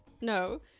No